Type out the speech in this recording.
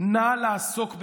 נא לעסוק בזה,